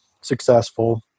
successful